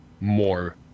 more